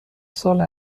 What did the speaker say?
ساله